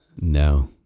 No